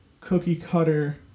cookie-cutter